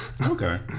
Okay